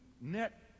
net